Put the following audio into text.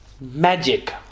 magic